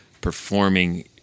performing